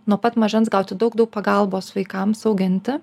nuo pat mažens gauti daug daug pagalbos vaikams auginti